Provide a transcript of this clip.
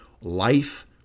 life